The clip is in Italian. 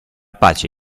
pace